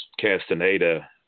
Castaneda